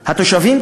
התושבים,